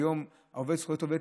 ביום זכויות העובד,